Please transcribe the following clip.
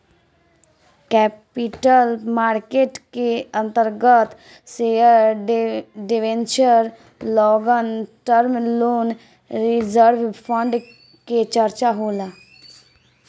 capital market के अंतर्गत share debenture long term loan reserve fund के चर्चा होला